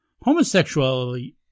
Homosexuality